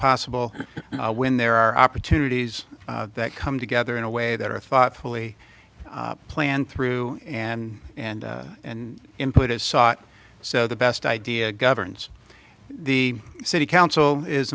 possible when there are opportunities that come together in a way that are thoughtfully planned through and and and input is sought so the best idea governs the city council is